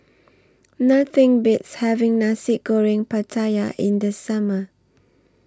Nothing Beats having Nasi Goreng Pattaya in The Summer